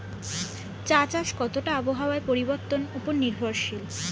চা চাষ কতটা আবহাওয়ার পরিবর্তন উপর নির্ভরশীল?